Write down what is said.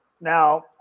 Now